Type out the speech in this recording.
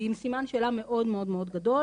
היא עם סימן שאלה מאוד מאוד גדול,